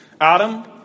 Adam